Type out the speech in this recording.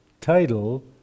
title